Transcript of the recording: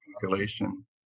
population